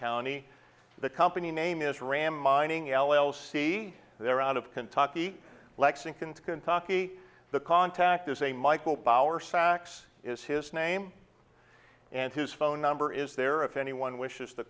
county the company name is ram mining l l c there out of kentucky lexington kentucky the contact is a michael bauer sax is his name and his phone number is there if anyone wishes to